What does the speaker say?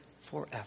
forever